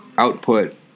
output